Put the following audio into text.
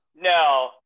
no